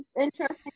Interesting